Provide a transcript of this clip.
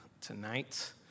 tonight